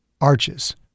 Arches